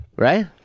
Right